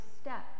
step